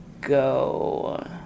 go